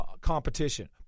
competition